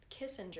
Kissinger